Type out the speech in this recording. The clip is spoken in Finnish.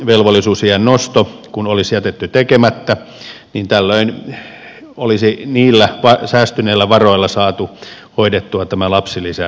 kun opintovelvollisuusiän nosto olisi jätetty tekemättä niin tällöin olisi niillä säästyneillä varoilla saatu hoidettua tämä lapsilisäleikkaus